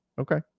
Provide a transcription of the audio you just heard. Okay